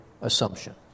assumption